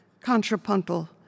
contrapuntal